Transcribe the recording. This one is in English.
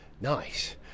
Nice